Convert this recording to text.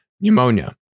pneumonia